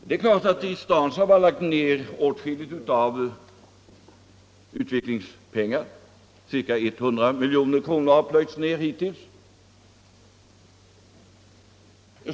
Det är klart att STANSAAB har lagt ned åtskilligt av utvecklingspengar — ca 100 milj.kr. har plöjts ner hittills.